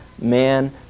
man